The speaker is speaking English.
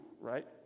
right